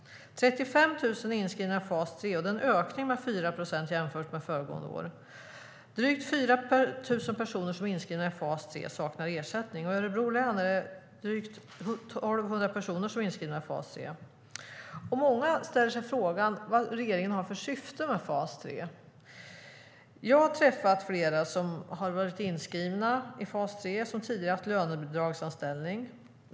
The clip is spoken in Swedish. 35 000 är inskrivna i fas 3, vilket är en ökning med 4 procent jämfört med föregående år. Drygt 4 000 personer som är inskrivna i fas 3 saknar ersättning. I Örebro län är det drygt 1 200 personer som är inskrivna i fas 3. Många ställer sig frågan vad regeringen har för syfte med fas 3. Jag har träffat flera som har varit inskrivna i fas 3 och som tidigare haft lönebidragsanställning.